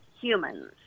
Humans